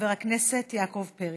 חבר הכנסת יעקב פרי.